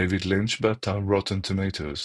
דייוויד לינץ', באתר Rotten Tomatoes